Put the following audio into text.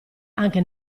anche